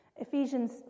Ephesians